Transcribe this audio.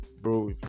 bro